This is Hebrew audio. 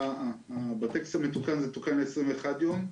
בטקסט המתוקן זה תוקן ל-21 יום.